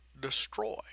destroy